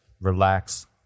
relax